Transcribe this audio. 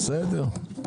בסדר.